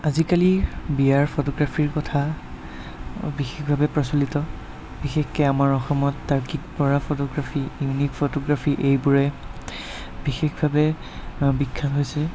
আজিকালি বিয়াৰ ফটোগ্ৰাফীৰ কথা বিশেষভাৱে প্ৰচলিত বিশেষকৈ আমাৰ অসমত Tarkik Bora photography unique photography এইবোৰে বিশেষভাৱে বিখ্যাত হৈছে